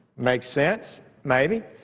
makes sense, maybe.